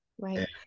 right